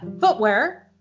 footwear